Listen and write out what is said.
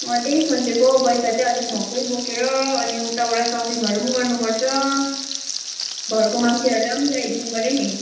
अँ त्यही सोचेको हौ पैसा चाहिँ अलिक भक्कु नै बोकेर अनि उताबाट सपिङहरू पनि गर्नुपर्छ घरको मान्छेहरूलाई पनि ल्याइदिनु पऱ्यो नि